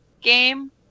game